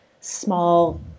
small